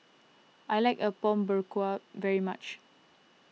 I like Apom Berkuah very much